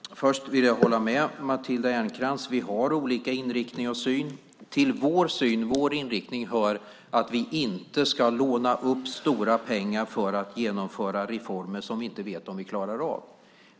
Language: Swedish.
Herr talman! Först vill jag hålla med Matilda Ernkrans: Vi har olika inriktning och syn. Till vår syn och vår inriktning hör att vi inte ska låna upp stora pengar för att genomföra reformer som vi inte vet om vi klarar av.